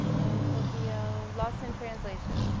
in tokyo, lost in translation.